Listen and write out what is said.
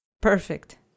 Perfect